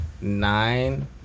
nine